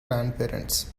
grandparents